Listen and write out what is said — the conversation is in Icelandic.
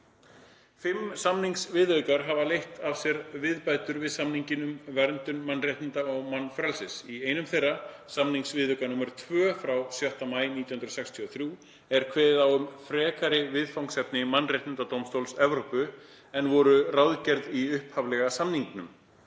Fimm samningsviðaukar hafa leitt af sér viðbætur við samninginn um verndun mannréttinda og mannfrelsis. Í einum þeirra, samningsviðauka nr. 2 frá 6. maí 1963, er kveðið á um frekari viðfangsefni Mannréttindadómstóls Evrópu en voru ráðgerð í upphaflega samningnum,